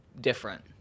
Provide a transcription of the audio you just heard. different